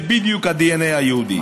זה בדיוק הדנ"א היהודי,